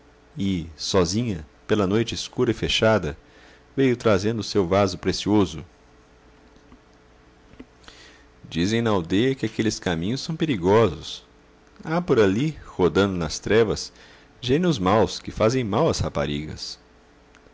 e sozinha pela noite escura e fechada veio trazendo o seu vaso precioso dizem na aldeia que aqueles caminhos são perigosos há por ali rodando nas trevas gênios maus que fazem mal às raparigas